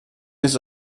ist